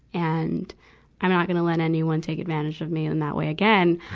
and i'm not gonna let anyone take advantage of me in that way again.